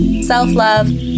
self-love